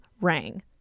rang